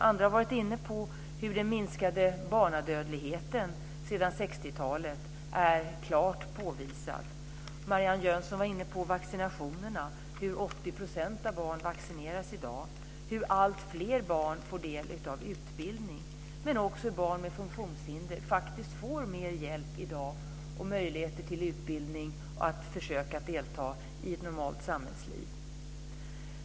Andra har varit inne på hur den minskade barnadödligheten sedan 60-talet är klart påvisad. 80 % av barnen i dag vaccineras, hur alltfler barn får del av utbildning men också att barn med funktionshinder faktiskt får mer hjälp i dag och möjligheter till utbildning och att försöka delta i ett normalt samhällsliv.